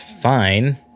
fine